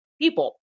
people